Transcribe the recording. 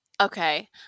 Okay